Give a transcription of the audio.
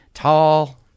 Tall